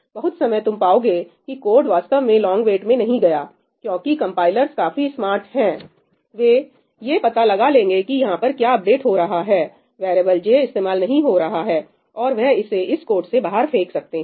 बहुत समय तुम पाओगे कि कोड वास्तव में लोंग वेट में नहीं गया क्योंकि कंपाइलर्स काफी स्मार्ट है वे यह पता लगा लेंगे कि यहां पर क्या अपडेट हो रहा है वेरिएबल j इस्तेमाल नहीं हो रहा है और वह इसे इस कोड से बाहर फेंक सकते हैं